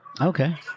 Okay